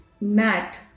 Mat